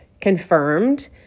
confirmed